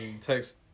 Text